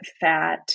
fat